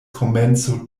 komenco